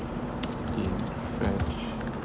in french